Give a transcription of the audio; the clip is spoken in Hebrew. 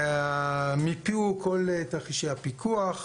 מיפוי כל תרחישי הפיקוח,